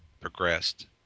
progressed